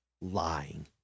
lying